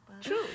True